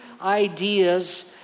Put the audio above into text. ideas